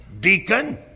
deacon